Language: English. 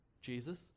Jesus